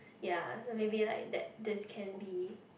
ya so maybe like that this can be